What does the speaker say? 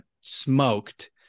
smoked